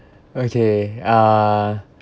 okay uh